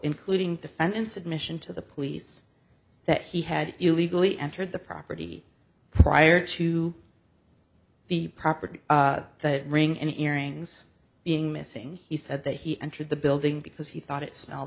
including the found inside mission to the police that he had illegally entered the property prior to the property that ring and earrings being missing he said that he entered the building because he thought it smell